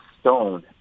Stone